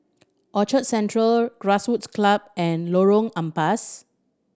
Orchard Central Grassroots Club and Lorong Ampas